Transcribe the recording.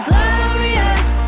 Glorious